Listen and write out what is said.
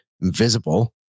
invisible